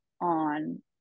on